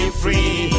free